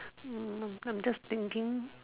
mm I'm just thinking